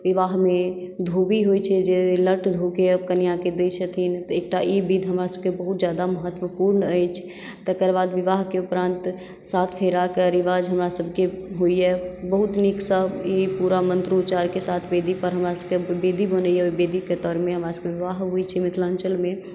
विवाहमे धोबी होइ छै जे लट धोके कनिऑंकेँ दै छथिन तऽ ई विध हमरा सभकेँ बहुत ज्यादा महत्वपुर्ण अछि तकर बाद विवाहके उपरान्त सात फेराके रिवाज हमरा सभकेँ होइया बहुत नीकसँ ई पुरा मन्त्रोचारके साथ वेदी पर हमरा सभके जे वेदी बोलैया ओहि वेदीके तरमे हमरा सभके विवाह होइ छै मिथिलाञ्चलमे